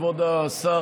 כבוד השר,